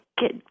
get